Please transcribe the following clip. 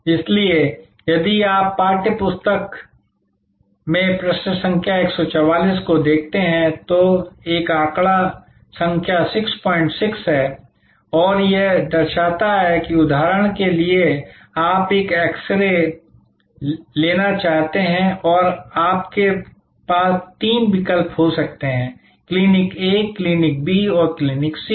इसलिए यदि आप पाठ्य पुस्तक में पृष्ठ संख्या 144 को देखते हैं तो एक आंकड़ा संख्या 66 है और यह दर्शाता है कि उदाहरण के लिए आप एक एक्स रे लिया चाहते हैं और आपके लिए तीन विकल्प हो सकते हैं क्लिनिक ए क्लिनिक बी और क्लिनिक सी